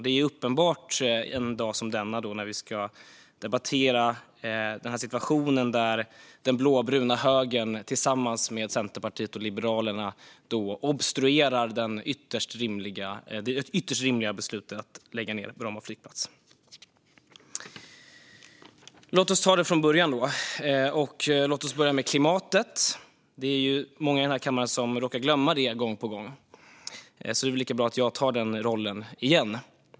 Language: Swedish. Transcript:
Det är uppenbart en dag som denna då vi ska debattera den här situationen och den blåbruna högern tillsammans med Centerpartiet och Liberalerna obstruerar det ytterst rimliga beslutet att lägga ned Bromma flygplats. Låt oss ta det från början, och låt oss börja med klimatet. Många i den här kammaren råkar glömma det gång på gång, så det är lika bra att jag tar rollen att berätta om det igen.